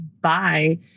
bye